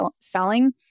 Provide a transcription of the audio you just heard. selling